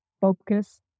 focus